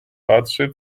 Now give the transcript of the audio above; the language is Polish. patrzy